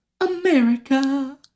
America